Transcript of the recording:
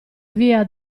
via